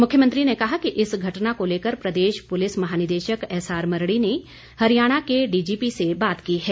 मुख्यमंत्री ने कहा कि इस घटना को लेकर प्रदेश पुलिस महानिदेशक एसआर मरढी ने हरियाणा के डीजीपी से बात की है